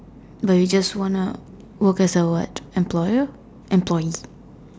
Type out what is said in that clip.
but you just want a worker or what employer employee